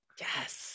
Yes